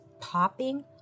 popping